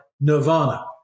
nirvana